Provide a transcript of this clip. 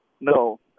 no